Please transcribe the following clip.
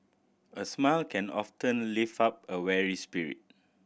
a smile can often lift up a weary spirit